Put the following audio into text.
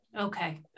Okay